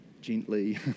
gently